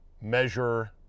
measure